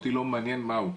אותי לא מעניין מה הוא.